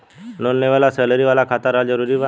Loan लेवे ला salary वाला खाता रहल जरूरी बा?